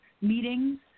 meetings